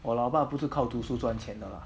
我老爸不是靠读书赚钱的 lah